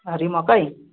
हरियो मकै